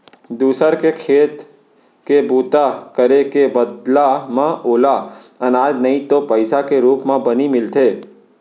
दूसर के खेत के बूता करे के बदला म ओला अनाज नइ तो पइसा के रूप म बनी मिलथे